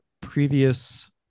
previous